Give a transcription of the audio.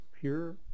pure